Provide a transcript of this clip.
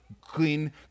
clean